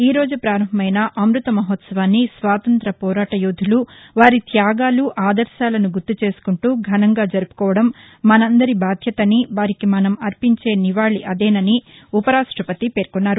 ఈరోజు ప్రారంభమైన అమ్బత మహోత్సవాన్ని స్వాతంత్ర్య పోరాటయోధులు వారి త్యాగాలు ఆదర్శాలను గుర్తుచేసుకుంటూ ఘనంగా జరుపుకోవడం మనందరి బాధ్యత అని వారికి మసం అర్పించే నివాళి అదేనని ఉపరాష్టపతి పేర్కొన్నారు